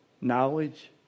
Knowledge